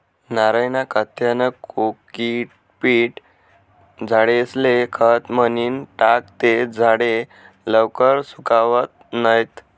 नारयना काथ्यानं कोकोपीट झाडेस्ले खत म्हनीन टाकं ते झाडे लवकर सुकातत नैत